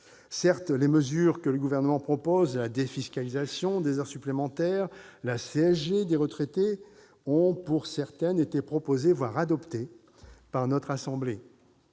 Certes, les mesures que le Gouvernement propose- la défiscalisation des heures supplémentaires, la CSG des retraités -ont, pour certaines, été proposées, voire adoptées par notre assemblée,